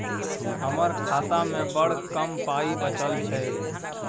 हमर खातामे बड़ कम पाइ बचल छै